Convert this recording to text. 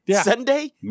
Sunday